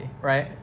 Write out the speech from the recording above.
right